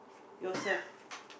yourself